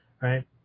right